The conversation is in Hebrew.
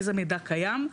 איזה מידע קיים.